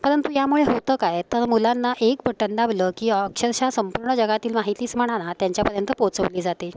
परंतु यामुळे होतं काय तर मुलांना एक बटन दाबलं की अक्षरशः संपूर्ण जगातील माहितीच म्हणा ना त्यांच्यापर्यंत पोचवली जाते